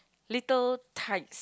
little tights